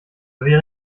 wäre